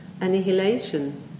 annihilation